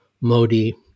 Modi